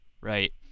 Right